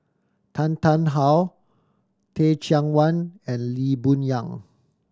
Tan Tarn How Teh Cheang Wan and Lee Boon Yang